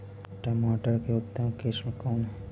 टमाटर के उतम किस्म कौन है?